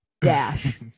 dash